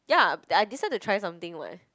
ya I decide to try something [what]